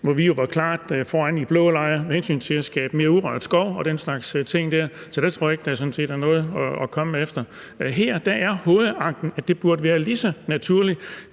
hvor vi jo var klart foran i blå lejr med hensyn til at skabe mere urørt skov og den slags ting. Så der tror jeg sådan set ikke der er noget at komme efter. Her er hovedanken, at det burde være lige så naturligt,